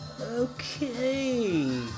okay